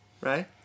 right